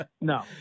No